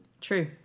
True